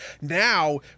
now